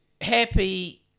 Happy